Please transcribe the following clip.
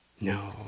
No